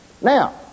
Now